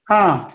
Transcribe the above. ಹಾಂ